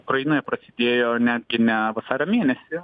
ukrainoje prasidėjo netgi ne vasario mėnesį